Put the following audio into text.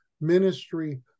ministry